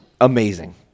amazing